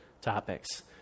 topics